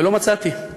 ולא מצאתי.